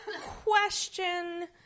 question